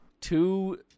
Two